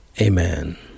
Amen